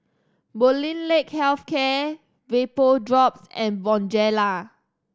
Molnylcke Health Care Vapodrops and Bonjela